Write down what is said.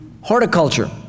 horticulture